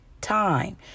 time